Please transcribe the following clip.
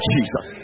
Jesus